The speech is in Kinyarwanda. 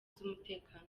z’umutekano